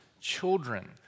children